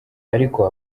ariko